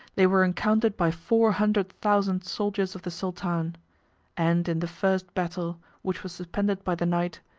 they were encountered by four hundred thousand soldiers of the sultan and in the first battle, which was suspended by the night,